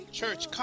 church